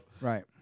Right